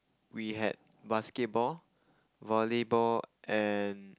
we had basketball volleyball and